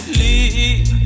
leave